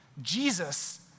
Jesus